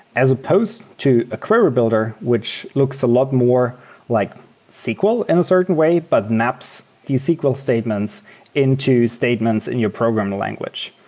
as supposed to a query builder, which looks a lot more like sql in a certain way, but maps these sql statements into statements in your programing language.